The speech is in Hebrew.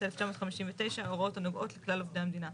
תשי"ט-1959 הוראות הנוגעות לכלל עובדי המדינה.